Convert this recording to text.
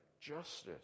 justice